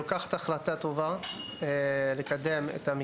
לקראת הדיונים בהצעת החוק הכנתי סקירה